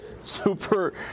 super